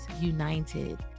United